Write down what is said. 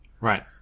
Right